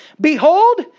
Behold